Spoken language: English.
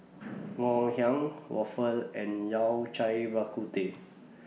Ngoh Hiang Waffle and Yao Cai Bak Kut Teh